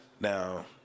Now